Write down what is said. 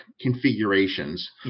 configurations